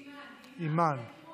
אימאן, אימאן.